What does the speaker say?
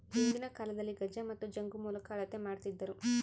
ಹಿಂದಿನ ಕಾಲದಲ್ಲಿ ಗಜ ಮತ್ತು ಜಂಗು ಮೂಲಕ ಅಳತೆ ಮಾಡ್ತಿದ್ದರು